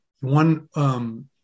One